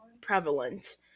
prevalent